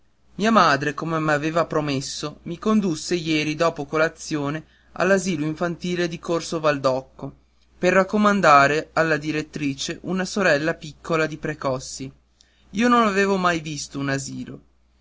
mia madre come m'aveva promesso mi condusse ieri dopo colazione all'asilo infantile di corso valdocco per raccomandare alla direttrice una sorella piccola di precossi io non avevo mai visto un asilo